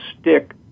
stick